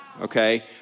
okay